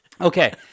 Okay